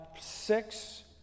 six